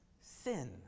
Sin